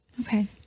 okay